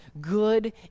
good